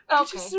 Okay